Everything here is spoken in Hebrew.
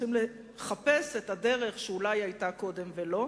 צריכים לחפש את הדרך שאולי היתה קודם ולא,